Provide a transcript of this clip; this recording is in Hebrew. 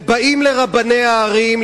ובאים לרבני הערים,